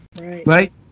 Right